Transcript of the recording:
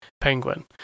penguin